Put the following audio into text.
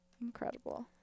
Incredible